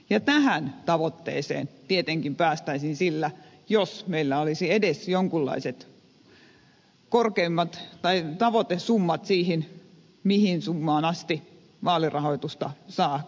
ja tähän tavoitteeseen tietenkin päästäisiin sillä että meillä olisi edes jonkunlaiset tavoitesummat mihin summaan asti vaalirahoitusta saa käyttää